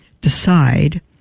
decide